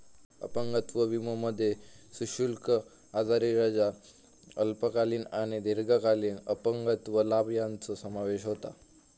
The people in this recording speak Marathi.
अपंगत्व विमोमध्ये सशुल्क आजारी रजा, अल्पकालीन आणि दीर्घकालीन अपंगत्व लाभ यांचो समावेश होता